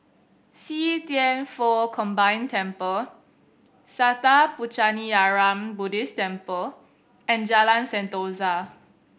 See Thian Foh Combined Temple Sattha Puchaniyaram Buddhist Temple and Jalan Sentosa